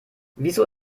wieso